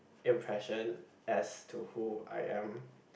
impression as to who I am